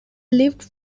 lived